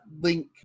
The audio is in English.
link